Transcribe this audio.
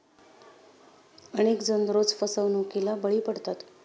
अनेक जण रोज फसवणुकीला बळी पडतात